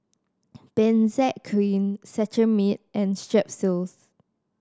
Benzac Cream Cetrimide and Strepsils